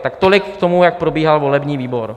Tak tolik k tomu, jak probíhal volební výbor.